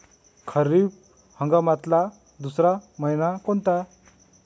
खरीप हंगामातला दुसरा मइना कोनता?